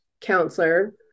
counselor